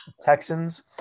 Texans